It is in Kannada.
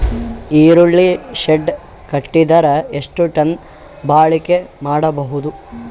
ಈರುಳ್ಳಿ ಶೆಡ್ ಕಟ್ಟಿದರ ಎಷ್ಟು ಟನ್ ಬಾಳಿಕೆ ಮಾಡಬಹುದು?